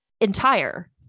entire